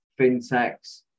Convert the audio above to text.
fintechs